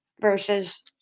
versus